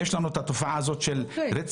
יש לנו את התופעה הזאת של רצידיביזם,